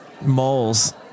Moles